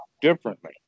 differently